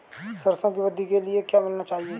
सरसों की वृद्धि के लिए क्या मिलाना चाहिए?